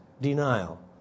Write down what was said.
denial